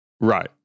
Right